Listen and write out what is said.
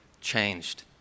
changed